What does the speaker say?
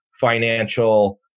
financial